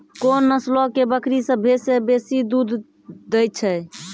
कोन नस्लो के बकरी सभ्भे से बेसी दूध दै छै?